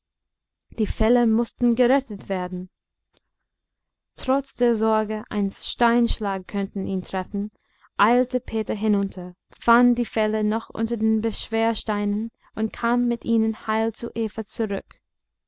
die felle mußten gerettet werden trotz der sorge ein steinschlag könnte ihn treffen eilte peter hinunter fand die felle noch unter den beschwersteinen und kam mit ihnen heil zu eva zurück